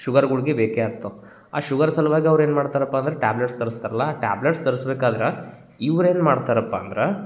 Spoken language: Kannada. ಶುಗರ್ ಗುಳ್ಗೆ ಬೇಕೇ ಆಗ್ತಾವೆ ಆ ಶುಗರ್ ಸಲುವಾಗಿ ಅವ್ರು ಏನು ಮಾಡ್ತರಪ್ಪ ಅಂದ್ರೆ ಟ್ಯಾಬ್ಲೆಟ್ಸ್ ತರಿಸ್ತಾರಲ್ಲ ಆ ಟ್ಯಾಬ್ಲೆಟ್ಸ್ ತರಿಸ್ಬೇಕಾದ್ರೆ ಇವ್ರೇನು ಮಾಡ್ತಾರಪ್ಪ ಅಂದ್ರೆ